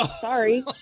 Sorry